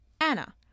Anna